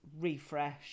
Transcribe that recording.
refresh